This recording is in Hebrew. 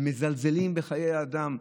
ומזלזלים בחיי אדם.